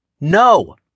No